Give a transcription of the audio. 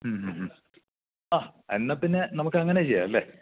മ്മ് മ്മ് മ്മ് അ എന്നാൽപ്പിന്നെ നമുക്കങ്ങനെ ചെയ്യാം അല്ലേ